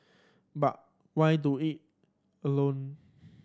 but why do it alone